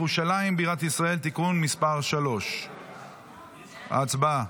ירושלים בירת ישראל (תיקון מס' 3). הצבעה.